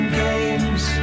games